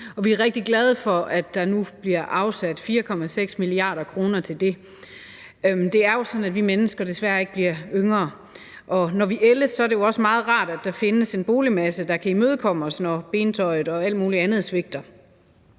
vi er rigtig glade for, at der nu bliver afsat 4,6 mia. kr. til det. Det er jo sådan, at vi mennesker desværre ikke bliver yngre, og når vi ældes, er det jo også meget rart, at der findes en boligmasse, der kan imødekomme os, når bentøjet og alt muligt andet svigter.